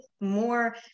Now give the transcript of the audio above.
more